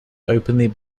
openly